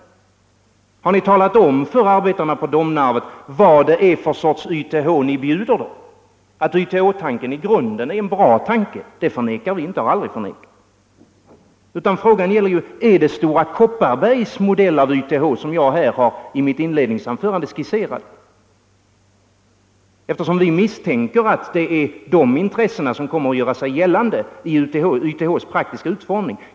Har ni talat om för arbetarna på Domnarvet vad det är för sorts YTH ni bjuder dem? Att YTH-tanken i grunden är en bra tanke förnekar vi inte och har aldrig förnekat, utan frågan gäller: Är det Stora Kopparbergs modell av YTH ni vill ha, den som jag skisserat i mitt inledningsanförande, eftersom vi misstänker att det är de intressena som kommer att göra sig gällande i YTH:s praktiska utformning?